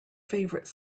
favorite